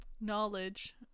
knowledge